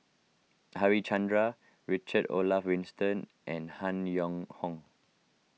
Harichandra Richard Olaf Winstedt and Han Yong Hong